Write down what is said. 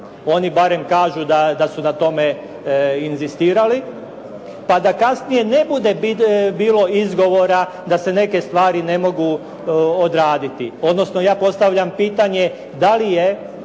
Oni barem kažu da su na tome inzistirali, pa da kasnije ne bude bilo izgovora da se neke stvari ne mogu odraditi. Odnosno, ja postavljam pitanje da li je